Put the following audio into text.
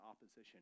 opposition